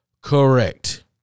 Correct